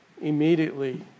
immediately